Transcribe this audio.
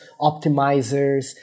optimizers